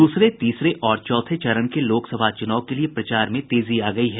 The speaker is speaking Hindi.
दूसरे तीसरे और चौथे चरण के लोकसभा चुनाव के लिये प्रचार में तेजी आ गयी है